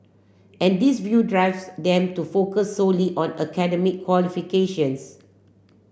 and this view drives them to focus solely on academic qualifications